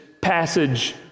passage